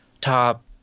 top